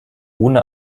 ohne